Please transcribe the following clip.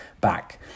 back